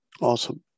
Awesome